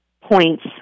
points